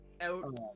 out